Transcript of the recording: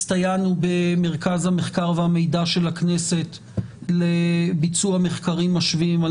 הסתייענו במרכז המחקר והמידע של הכנסת לביצוע מחקרים משווים על